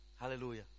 Hallelujah